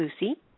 Lucy